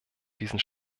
diesen